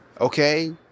Okay